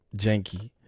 janky